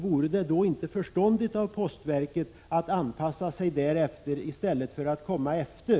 Vore det då inte förståndigt av postverket att anpassa sig i stället för att komma efter?